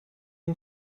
اون